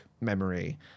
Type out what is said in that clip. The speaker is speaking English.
memory